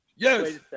Yes